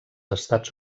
estats